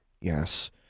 yes